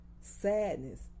sadness